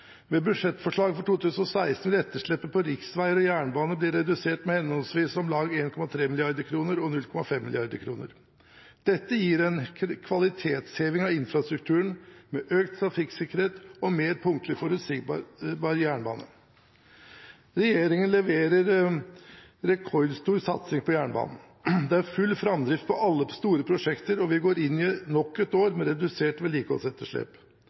for 2016 vil etterslepet på riksveier og jernbane bli redusert med henholdsvis om lag 1,3 mrd. kr og 0,5 mrd. kr. Dette gir en kvalitetsheving av infrastrukturen, med økt trafikksikkerhet og en mer punktlig og forutsigbar jernbane. Regjeringen leverer rekordstor satsing på jernbanen. Det er full framdrift på alle store prosjekt, og vi går inn i nok et år med redusert vedlikeholdsetterslep.